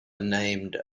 named